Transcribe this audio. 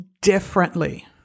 differently